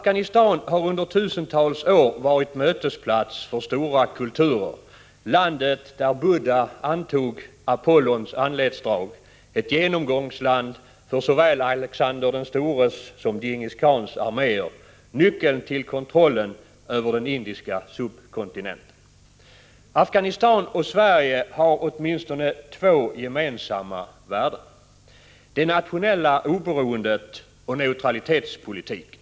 Afghanistan har under tusentals år varit mötesplats för stora kulturer, landet där Buddha antog Apollons anletsdrag, ett genomgångsland för såväl Alexander den stores som Djingis Khans arméer, nyckeln till kontrollen över den indiska subkontinenten. Afghanistan och Sverige har åtminstone två gemensamma värden, nämligen det nationella oberoendet och neutralitetspolitiken.